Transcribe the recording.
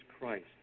Christ